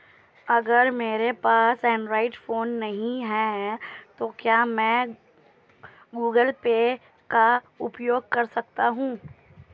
अगर मेरे पास एंड्रॉइड फोन नहीं है तो क्या मैं गूगल पे का उपयोग कर सकता हूं?